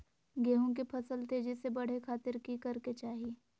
गेहूं के फसल तेजी से बढ़े खातिर की करके चाहि?